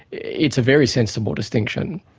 it's a very sensible distinction.